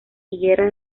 higuera